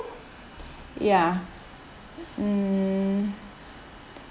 ya mm